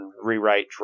rewrite